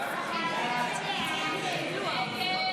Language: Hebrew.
כהצעת הוועדה,